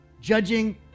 Judging